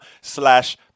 slash